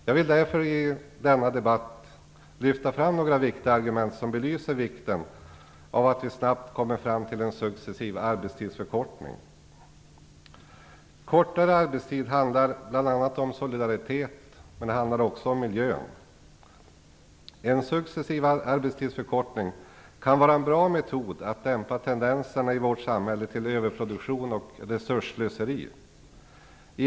Jag vill därför i denna debatt lyfta fram några viktiga argument som belyser vikten av att vi snabbt kommer fram till en successiv arbetstidsförkortning. Kortare arbetstid handlar bl.a. om solidariteten men också om miljön. En successiv arbetstidsförkortning kan vara en bra metod att dämpa tendenserna till överproduktion och resursslöseri i vårt samhälle.